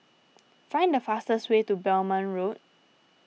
find the fastest way to Belmont Road